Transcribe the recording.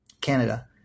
Canada